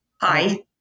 Hi